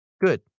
good